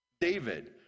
David